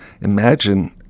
imagine